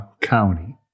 county